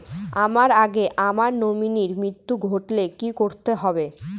আমার আগে আমার নমিনীর মৃত্যু ঘটলে কি করতে হবে?